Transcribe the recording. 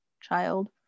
child